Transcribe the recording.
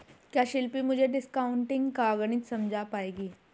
क्या शिल्पी मुझे डिस्काउंटिंग का गणित समझा पाएगी?